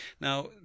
Now